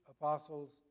apostles